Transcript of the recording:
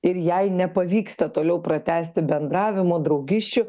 ir jai nepavyksta toliau pratęsti bendravimo draugysčių